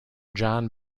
john